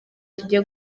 tugiye